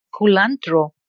culantro